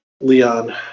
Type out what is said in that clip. Leon